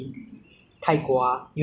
要看那边听到好像很好这样